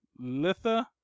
Litha